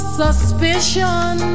suspicion